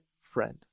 friend